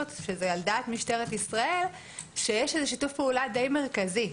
שזה על דעת משטרת ישראל שיש שיתוף פעולה די מרכזי.